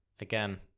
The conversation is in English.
Again